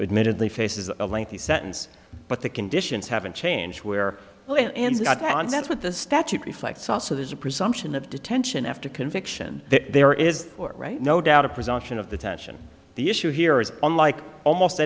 admittedly faces a lengthy sentence but the conditions haven't changed where well and that's what the statute reflects also there's a presumption of detention after conviction there is no doubt a presumption of the tension the issue here is unlike almost